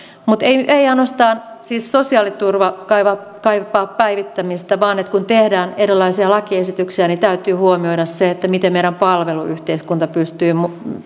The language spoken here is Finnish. mutta ei ainoastaan sosiaaliturva kaipaa kaipaa päivittämistä vaan kun tehdään erilaisia lakiesityksiä täytyy huomioida se miten meidän palveluyhteiskunta pystyy